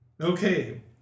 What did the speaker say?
Okay